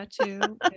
tattoo